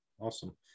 Awesome